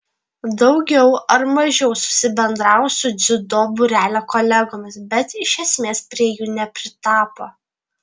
daugiau ar mažiau susibendravo su dziudo būrelio kolegomis bet iš esmės prie jų nepritapo